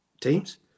teams